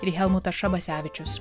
ir helmutas šabasevičius